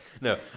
No